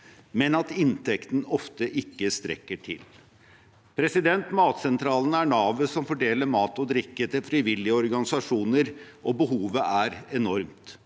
men at inntekten ofte ikke strekker til. Matsentralene er navet som fordeler mat og drikke til frivillige organisasjoner, og behovet er enormt.